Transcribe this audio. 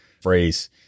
phrase